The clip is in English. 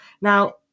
Now